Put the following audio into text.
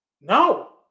No